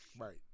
Right